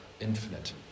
infinite